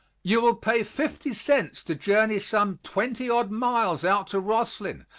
you will pay fifty cents to journey some twenty odd miles out to roslyn,